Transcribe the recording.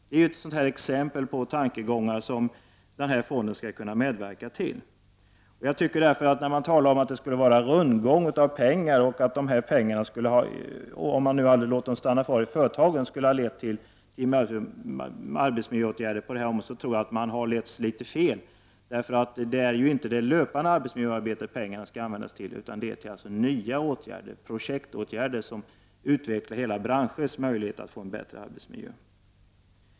Det är ett exempel på tankegångar som fonden skall-kunna medverka till. När man talar om att det skulle vara rundgång av pengar och att de här pengarna, om man hade låtit dem stanna kvar i företagen, skulle ha lett till arbetsmiljöåtgärder på detta område, tror jag att man har letts litet fel. Det är inte det löpande arbetsmiljöarbetet pengarna skall användas till, utan till nya åtgärder, projektåtgärder, som utvecklar hela branschers möjlighet att få en bättre arbetsmiljö.